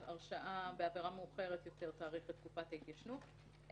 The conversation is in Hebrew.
הרשעה בעבירה מאוחרת יותר תאריך את תקופת ההתיישנות,